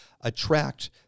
attract